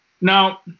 Now